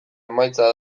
emaitza